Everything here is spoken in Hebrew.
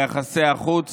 ביחסי החוץ